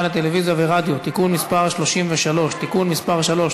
לטלוויזיה ורדיו (תיקון מס' 33) (תיקון מס' 3),